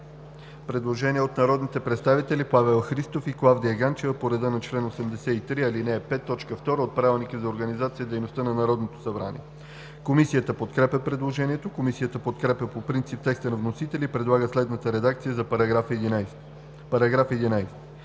Станислав Иванов, Росен Живков, Павел Христов и Клавдия Ганчева по реда на чл. 83, ал. 5, т. 2 от Правилника за организацията и дейността на Народното събрание. Комисията подкрепя предложението. Комисията подкрепя по принцип текста на вносителя и предлага следната редакция за §10: „§ 10.